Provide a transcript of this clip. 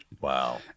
Wow